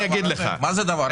אני אגיד לך מה זה הדבר הזה.